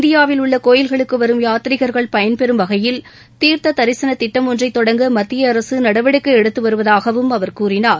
இந்தியாவில் உள்ள கோயில்களுக்கு வரும் யாத்ரீகர்கள் பயன்பெறும் வகையில் தீர்த்த தரிசனத் திட்டம் ஒன்றை தொடங்க மத்திய அரசு நடவடிக்கை எடுத்து வருவதாகவும் அவர் கூறினார்